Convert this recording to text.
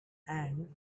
and